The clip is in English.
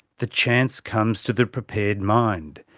the chance comes to the prepared mind.